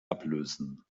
ablösen